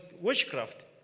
witchcraft